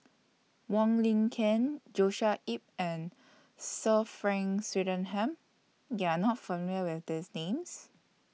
Wong Lin Ken Joshua Ip and Sir Frank Swettenham YOU Are not familiar with These Names